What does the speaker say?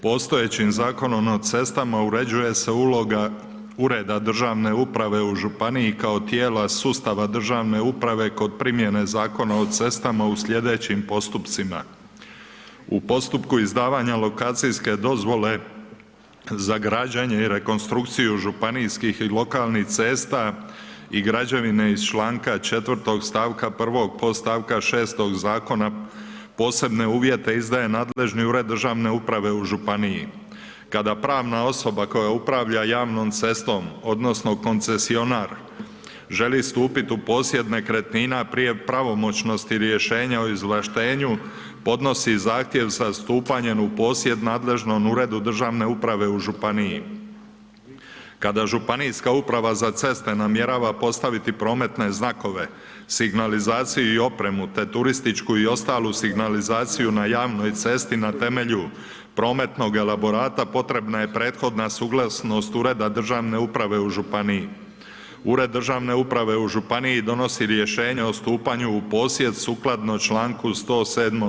Postojećim Zakonom o cestama uređuje se uloga Ureda državne uprave u županiji kao tijela sustava državne uprave kod primjene Zakona o cestama u sljedećim postupcima: - u postupku izdavanja lokacijske dozvole za građenje i rekonstrukciju županijskih i lokalnih cesta i građevine iz stavka 4. stavka 1. podstavka 6. Zakona, posebne uvjete izdaje nadležni ured državne uprave u županiji, - kad pravna osoba koja upravlja javnom cestom odnosno koncesionar želi stupiti u posjed nekretnina prije pravomoćnosti rješenja o izvlaštenju podnosi zahtjev za stupanjem u posjed nadležnom uredu državne uprave u županiji, - kada ŽUC namjerava postaviti prometne znakove, signalizaciju i opremu te turističku i ostalu signalizaciju na javnoj cesti na temelju prometnog elaborata potrebna je prethodna suglasnost ured državne uprave u županiji, - ured državne uprave u županiji donosi rješenje o stupanju u posjed sukladno članku 107.